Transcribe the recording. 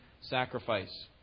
sacrifice